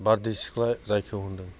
बारदै सिख्ला जायखौ होन्दों